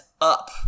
up